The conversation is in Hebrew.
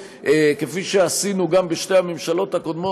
כפי שעשינו גם בשתי הממשלות הקודמות,